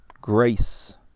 grace